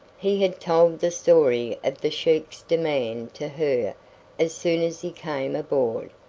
he had told the story of the sheik's demand to her as soon as he came aboard,